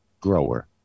grower